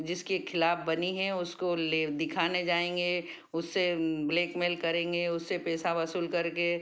जिसके खिलाफ बनी है उसको ले दिखाने जाएंगे उससे ब्लेकमेल करेंगे उससे पैसा वसूल करके